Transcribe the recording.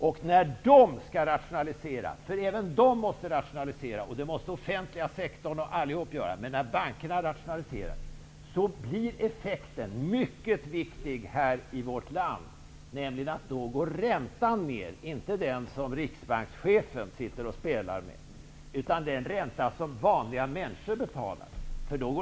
Men när bankerna skall rationalisera -- det måste även bankerna och den offentliga sektorn göra -- blir effekten mycket viktig i vårt land, nämligen att räntan går ned. Det gäller inte den ränta som riksbankschefen sitter och spelar med. Det gäller den ränta som vanliga människor betalar.